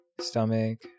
stomach